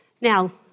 Now